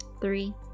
three